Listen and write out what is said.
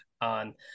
on